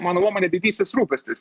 mano nuomone didysis rūpestis